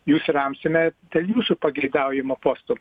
jus remsime ten jūsų pageidaujamo posto